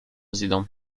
président